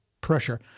pressure